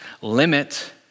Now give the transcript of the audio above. limit